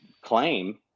claim